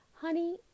honey